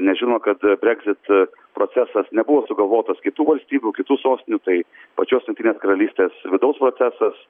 nes žino kad brexit procesas nebuvo sugalvotas kitų valstybių kitų sostinių tai pačios jungtinės karalystės vidaus procesas